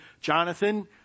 Jonathan